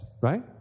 right